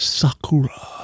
sakura